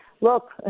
look